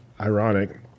ironic